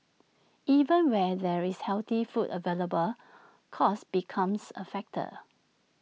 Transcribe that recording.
even where there is healthy food available cost becomes A factor